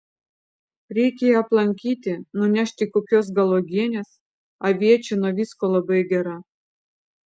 reikia ją aplankyti nunešti kokios gal uogienės aviečių nuo visko labai gera